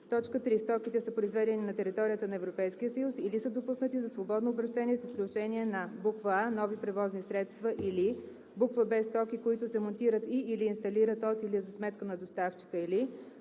3. стоките са произведени на територията на Европейския съюз или са допуснати за свободно обращение с изключение на: а) нови превозни средства, или б) стоки, които се монтират и/или инсталират от или за сметка на доставчика, или